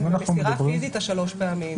מסירה פיזית, שלוש פעמים.